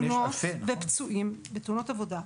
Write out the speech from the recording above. יש אלפי תאונות ופצועים בתאונות עבודה,